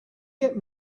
get